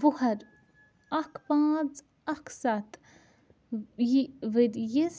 وُہر اکھ پانٛژھ اکھ سَتھ یہِ ؤرۍ یَس